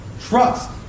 Trust